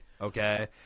Okay